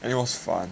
and it was fun